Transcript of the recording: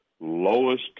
lowest